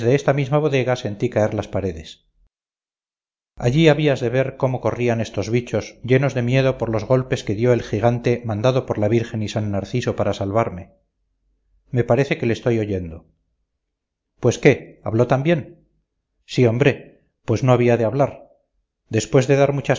esta misma bodega sentí caer las paredes allí habías de ver cómo corrían estos bichos llenos de miedo por los golpes que dio el gigante mandado por la virgen y san narciso para salvarme me parece que le estoy oyendo pues qué habló también sí hombre pues no había de hablar después de dar muchas